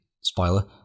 spoiler